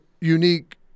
unique